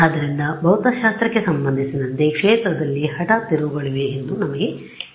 ಆದ್ದರಿಂದಭೌತಶಾಸ್ತ್ರಕ್ಕೆ ಸಂಬಂಧಿಸಿದಂತೆ ಕ್ಷೇತ್ರದಲ್ಲಿ ಹಠಾತ್ ತಿರುವುಗಳಿವೆ ಎಂದು ನಮಗೆ ತಿಳಿದಿದೆ